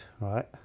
right